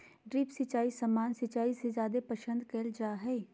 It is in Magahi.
ड्रिप सिंचाई सामान्य सिंचाई से जादे पसंद कईल जा हई